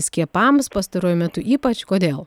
skiepams pastaruoju metu ypač kodėl